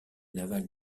navale